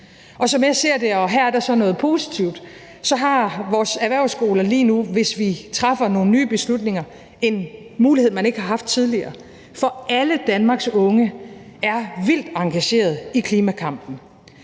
Som jeg ser det, og her er der så noget positivt, har vores erhvervsskoler lige nu, hvis vi træffer nogle nye beslutninger, en mulighed, man ikke har haft tidligere. For alle Danmarks unge er vildt engagerede i klimakampen,